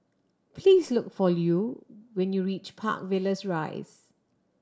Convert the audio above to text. please look for Lew when you reach Park Villas Rise